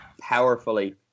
powerfully